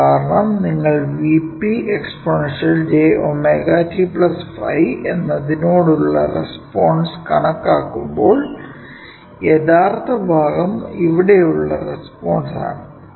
കാരണം നിങ്ങൾ Vp exponential j ω t ϕ എന്നതിനോടുള്ള റെസ്പോൺസ് കണക്കാക്കുമ്പോൾ യഥാർത്ഥ ഭാഗം ഇവിടെയുള്ള റെസ്പോൺസ് ആണ്